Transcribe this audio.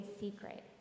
secret